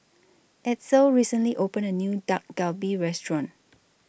Edsel recently opened A New Dak Galbi Restaurant